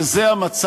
ומכיוון שזה המצב,